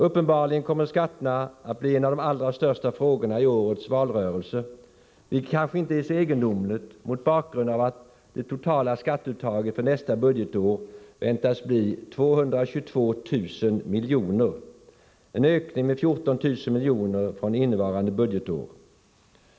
Uppenbarligen kommer skatterna att bli en av de allra största frågorna i årets valrörelse, vilket kanske inte är så egendomligt mot bakgrund av att det totala skatteuttaget för nästa budgetår väntas bli 222 000 milj.kr., en ökning med 14 000 milj.kr. från innevarande budgetår.